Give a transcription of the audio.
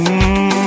Mmm